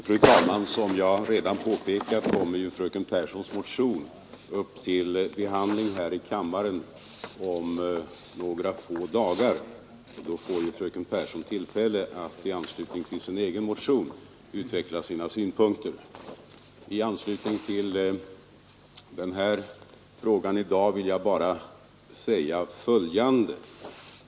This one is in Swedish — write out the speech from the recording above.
Fru talman! Som jag redan påpekat kommer fröken Pehrssons motion upp till behandling här i kammaren om några få dagar, och då får fröken Pehrsson tillfälle att utveckla sina synpunkter. I anslutning till frågan i dag vill jag bara säga följande.